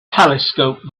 telescope